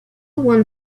won